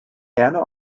anna